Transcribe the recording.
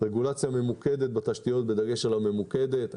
רגולציה ממוקדת בתשתיות, בדגש על הממוקדת.